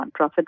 nonprofit